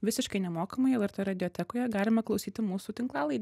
visiškai nemokamai lrt radiotekoje galima klausyti mūsų tinklalaidę